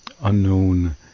unknown